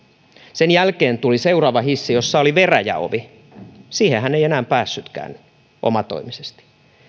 sen jälkeen tuli seuraava hissi jossa oli veräjäovi siihen hän ei enää päässytkään omatoimisesti